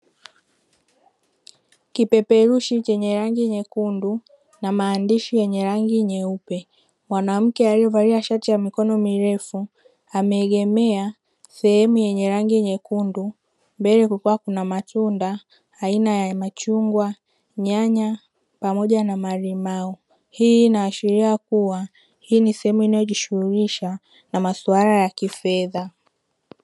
Kipeperushi chenye rangi nyekundu na maandishi yenye rangi nyeupe. Mwanamke aliyevalia shati ya mikono mirefu ameegemea sehemu yenye rangi nyekundu. Mbele kukiwa na matunda aina ya machungwa, nyanya pamoja na malimau. Hii inaashiria kuwa hii ni sehemu inayojishuhulisha na masuala ya kifedha.